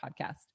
podcast